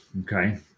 okay